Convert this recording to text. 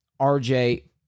RJ